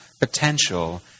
potential